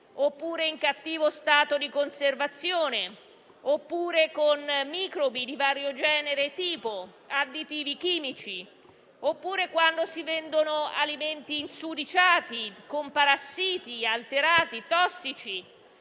oppure in cattivo stato di conservazione, oppure con microbi di vario genere come additivi chimici, oppure per la vendita di alimenti insudiciati con parassiti, alterati, tossici.